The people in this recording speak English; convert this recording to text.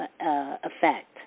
effect